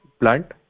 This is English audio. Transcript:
plant